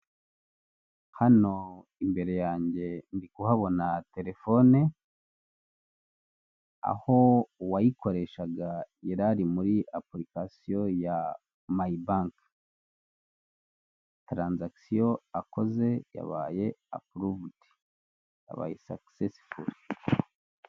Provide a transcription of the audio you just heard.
Hano imbere yanjye ndi kuhabona telefone, aho uwayikoreshaga yari ari muri apurikasiyo ya mayi banki. Taranzakisiyo yakoze yabaye apuruvudi. Yabaye sakisesifuli.